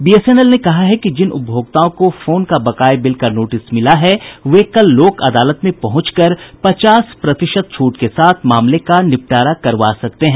BSNL ने कहा है कि जिन उपभोक्ताओं को फोन का बकाये बिल का नोटिस मिला है वे कल लोक अदालत में पहुंचकर पचास प्रतिशत छूट के साथ मामले का निपटारा करवा सकते हैं